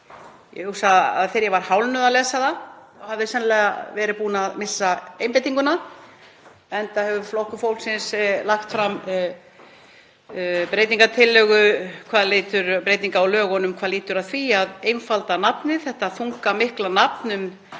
Ég hugsa að þegar ég var hálfnuð að lesa það hafi ég sennilega verið búin að missa einbeitinguna, enda hefur Flokkur fólksins lagt fram breytingartillögu sem lýtur að breytingu á lögunum og hún lýtur að því að einfalda nafnið, þetta þunga mikla nafn